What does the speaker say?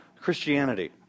Christianity